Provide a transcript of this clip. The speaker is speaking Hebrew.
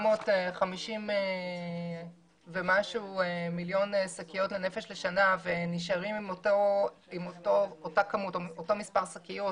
450 ומשהו מיליון שקיות לנפש בשנה ונשארים עם אותו מספר שקיות